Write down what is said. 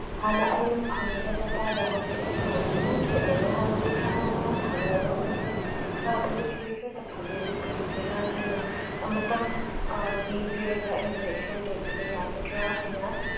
ꯍꯥꯟꯅ ꯑꯩꯅ ꯐꯪꯂꯤꯕ ꯗꯇꯥꯒ ꯍꯧꯖꯤꯛ ꯑꯩꯅ ꯐꯪꯕꯁꯦ ꯌꯥꯝ ꯈꯦꯅꯩꯌꯦ ꯍꯥꯟꯅꯗꯤ ꯈꯔ ꯌꯥꯝ ꯌꯥꯝ ꯐꯪꯉꯦꯕ ꯍꯧꯖꯤꯛꯇꯤ ꯈꯔ ꯈꯖꯤꯛ ꯈꯖꯤꯛꯈꯇ ꯐꯪꯉꯦ ꯑꯗꯨ ꯀꯔꯤꯒꯤꯔꯥ ꯍꯥꯏꯅ ꯑꯃꯇꯪ ꯌꯦꯡꯕꯤꯔꯒ ꯑꯩꯉꯣꯟꯗ ꯏꯟꯐ꯭ꯔꯣꯝ ꯇꯧꯕꯤꯕ ꯌꯥꯒꯗ꯭ꯔ ꯍꯥꯏꯅ